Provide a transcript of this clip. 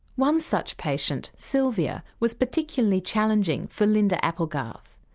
one such patient, sylvia, was particularly challenging for linda applegarth.